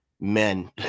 men